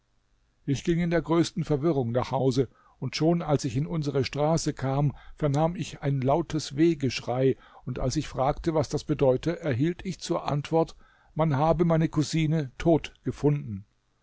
ich ging in der größten verwirrung nach hause und schon als ich in unsere straße kam vernahm ich ein lautes wehgeschrei und als ich fragte was das bedeute erhielt ich zur antwort man habe meine cousine tot gefunden